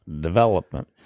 development